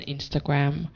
Instagram